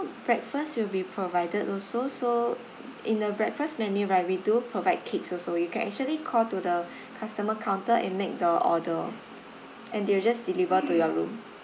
breakfast will be provided also so in a breakfast menu right we do provide cakes also you can actually call to the customer counter and make the order and they'll just deliver to your room